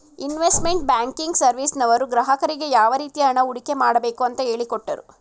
investment banking ಸರ್ವಿಸ್ನವರು ಗ್ರಾಹಕರಿಗೆ ಯಾವ ರೀತಿ ಹಣ ಹೂಡಿಕೆ ಮಾಡಬೇಕು ಅಂತ ಹೇಳಿಕೊಟ್ಟರು